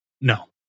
No